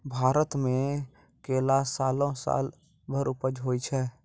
भारत मे केला सालो सालो भर उपज होय छै